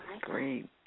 Great